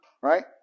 right